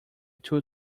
two